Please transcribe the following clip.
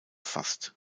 fasst